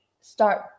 start